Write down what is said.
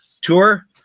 tour